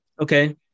okay